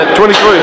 23